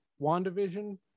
WandaVision